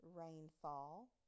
rainfall